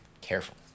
Careful